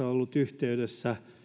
ollut yhteydessä